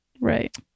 right